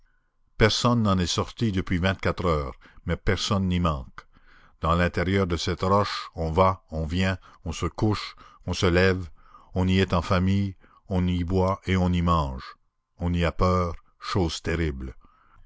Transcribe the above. personne n'en est sorti depuis vingt-quatre heures mais personne n'y manque dans l'intérieur de cette roche on va on vient on se couche on se lève on y est en famille on y boit et on y mange on y a peur chose terrible